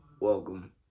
welcome